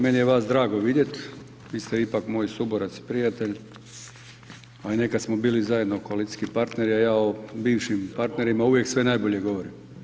Meni je vas drago vidjeti, vi ste ipak moj suborac i prijatelj, a i nekada smo bili zajedno koalicijski partneri, a ja o bivšim partnerima sve uvijek najbolje govorim.